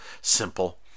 simple